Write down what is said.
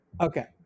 Okay